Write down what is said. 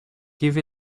give